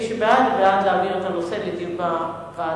מי שבעד, הוא בעד להעביר את הנושא לדיון בוועדה.